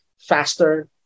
faster